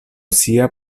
sia